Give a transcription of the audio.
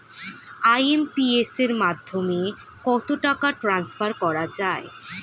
IMPS এর মাধ্যমে কত টাকা ট্রান্সফার করা যায়?